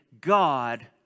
God